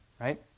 right